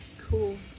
Cool